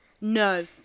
No